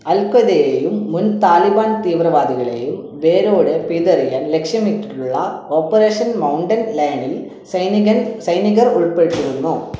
അൽഖ്വയ്ദയെയും മുൻ താലിബാൻ തീവ്രവാദികളെയും വേരോടെ പിഴുതെറിയാൻ ലക്ഷ്യമിട്ടിട്ടുള്ള ഓപ്പറേഷൻ മൗണ്ടൻ ലയണിൽ സൈനികൻ സൈനികർ ഉൾപ്പെട്ടിരുന്നു